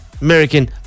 American